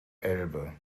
elbe